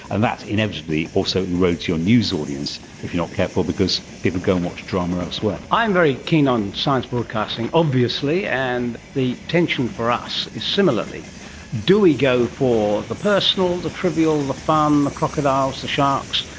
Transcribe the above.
and that inevitably also erodes your news audience if you're not careful because people go and watch drama elsewhere. i am very keen on science broadcasting obviously, and the tension for us is similarly do we go for the personal, the trivial, the fun, the crocodiles, the sharks,